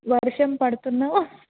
వర్షం పడుతున్నా